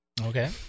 Okay